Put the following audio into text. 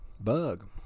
Bug